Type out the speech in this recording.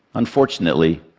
unfortunately,